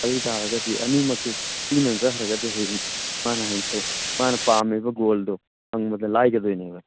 ꯑꯗꯨ ꯇꯥꯔꯒꯗꯤ ꯑꯅꯤꯃꯛꯀꯤ ꯏꯟꯗꯨꯅ ꯆꯠꯈ꯭ꯔꯒꯗꯤ ꯍꯌꯦꯡ ꯃꯥꯅ ꯍꯌꯦꯡ ꯃꯥꯅ ꯄꯥꯝꯃꯤꯕ ꯒꯣꯜꯗꯣ ꯐꯪꯕꯗ ꯂꯥꯏꯒꯗꯣꯏꯅꯦꯕ